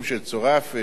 שעוסק